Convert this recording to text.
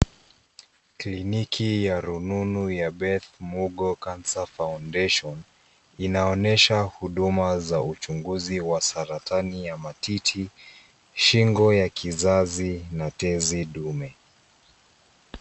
Kliniki ya rununu ya Beth Mugo Cancer Foundation, inaonyesha huduma za uchunguzi wa saratani ya matiti, shingo ya kizazi na tezi dume.